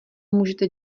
můžete